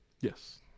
Yes